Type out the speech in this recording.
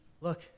Look